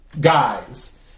guys